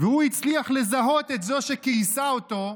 והוא הצליח לזהות את זו שכייסה אותו,